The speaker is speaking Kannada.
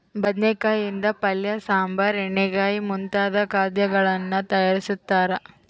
ಬದನೆಕಾಯಿ ಯಿಂದ ಪಲ್ಯ ಸಾಂಬಾರ್ ಎಣ್ಣೆಗಾಯಿ ಮುಂತಾದ ಖಾದ್ಯಗಳನ್ನು ತಯಾರಿಸ್ತಾರ